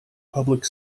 public